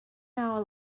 hour